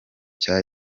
cya